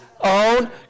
own